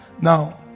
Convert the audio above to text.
Now